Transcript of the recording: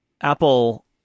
Apple